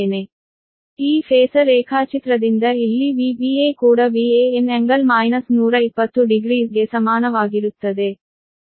ಆದ್ದರಿಂದ ಈ Phasor ರೇಖಾಚಿತ್ರದಿಂದ ಇಲ್ಲಿ Vba ಕೂಡ Van∟ 1200 ಗೆ ಸಮಾನವಾಗಿರುತ್ತದೆ